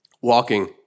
Walking